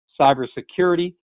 cybersecurity